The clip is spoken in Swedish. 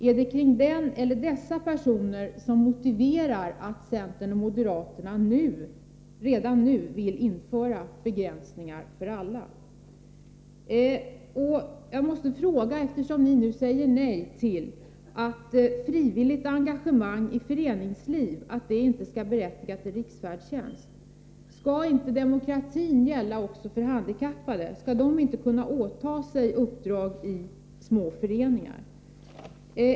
Är det den personen eller dessa personer som motiverar att centern och moderaterna redan nu vill införa begränsning Eftersom ni nu säger nej till att frivilligt engagemang i föreningsliv skall berättiga till riksfärdtjänst måste jag fråga: Skall inte demokratin gälla också för handikappade? Skall de inte kunna åta sig uppdrag i små föreningar?